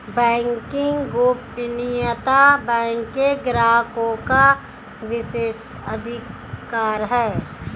banking गोपनीयता bank के ग्राहकों का विशेषाधिकार है